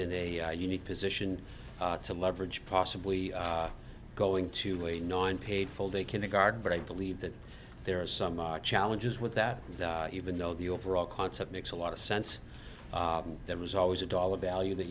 in a unique position to leverage possibly going to a non paid full day kindergarten but i believe that there are some challenges with that even though the overall concept makes a lot of sense there was always a dollar value that